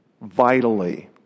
Vitally